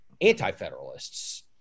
anti-federalists